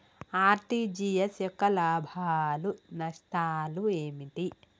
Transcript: RTGS యొక్క లాభాలు నష్టాలు ఏమిటి?